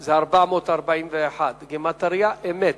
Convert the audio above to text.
זה 441. גימטריה: אמת.